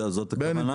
זאת הכוונה?